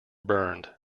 burned